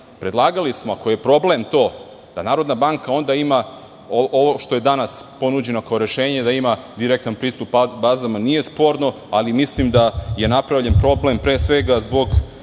predlagali, ako je problem to, da Narodna banka onda ima, što je danas ponuđeno kao rešenje, direktan pristup bazama. Nije sporno, ali mislim da je napravljen problem pre svega zbog